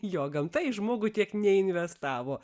jo gamta į žmogų tiek neinvestavo